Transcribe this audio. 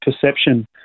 perception